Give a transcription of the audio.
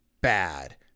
bad